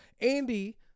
Andy